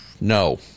no